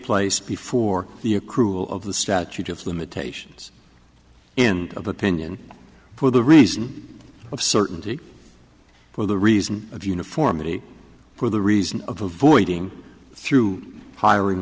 place before the accrual of the statute of limitations end of opinion for the reason of certainty well the reason of uniformity for the reason of avoiding through hiring